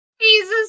Jesus